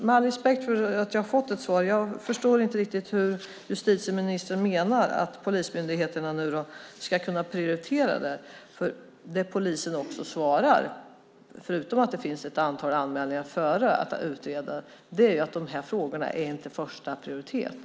Med all respekt för att jag har fått ett svar förstår jag inte riktigt hur justitieministern menar att polismyndigheterna nu ska kunna prioritera det. Det polisen svarar, förutom att det finns ett antal anmälningar före att utreda, är att de här frågorna inte är första prioritet.